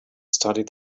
studied